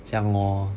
这样 lor